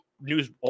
News